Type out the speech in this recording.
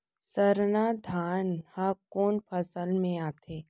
सरना धान ह कोन फसल में आथे?